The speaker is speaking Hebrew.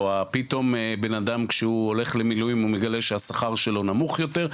או פתאום בנאדם כשהוא הולך למילואים הוא מגלה שהשכר שלו נמוך יותר,